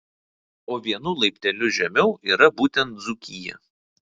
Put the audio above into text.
o vienu laipteliu žemiau yra būtent dzūkija